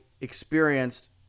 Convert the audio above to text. experienced